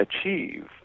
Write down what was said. achieve